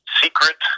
secret